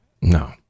No